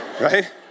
Right